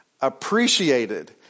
appreciated